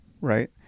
right